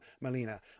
Melina